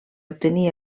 obtenir